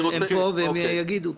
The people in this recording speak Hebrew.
והם פה והם יגידו.